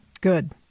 Good